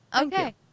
Okay